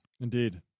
Indeed